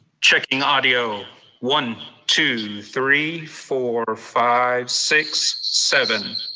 checking audio one, two, three, four, five, six, seven,